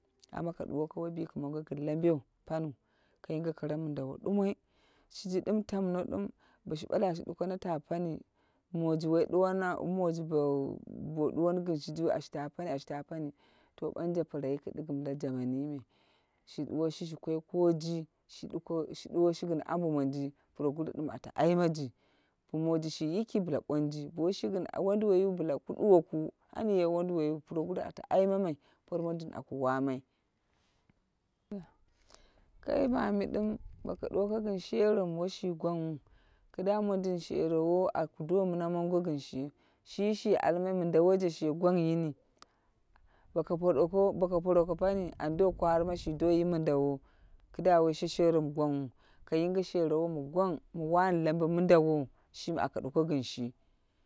Amma ka duwoko woi biki mongo gin lambe paniu. Ka yinge kare midawo dumoi. Shiji dun tamno dim boshi ɓale a shi duko na ta paniu moji woi ɗuwana, moji bo duwoni gin shi jiu ashi ta pani, ashi ta pani, to ɓanje prayiki dikkim la jamani me. Shi duwoshi shi koi koji. Shi duwoi shi gin ambo monji puroguru dim an aimaji. Bo moji shi yiki bla bonji, bo woi shi din wonduwoi bla ku duwoku an ye wonduwoiwu puroguru ata aimamai por mondin aku wamai. Kai mami dim boko duwoko gim shero mi woshi gwangwu. Kida mondin sherowo a ku do mina mongo gin shi. Shi shi almai min dawo she gwang yini, boko poroko ko poro pani an do kwarima shi do yi mindawo. Kida woi sheshero mi woi ghwangwu. Ka yinghe sherowo mi gwang mi wan lambe mindawo shimi aka duka gin shi.